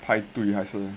排队还是